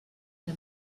que